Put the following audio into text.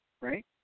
right